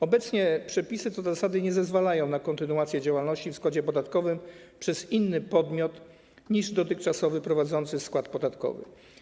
Obecnie przepisy co do zasady nie zezwalają na kontynuację działalności w składzie podatkowym przez inny podmiot niż dotychczasowy, prowadzący skład podatkowy.